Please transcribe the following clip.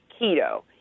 keto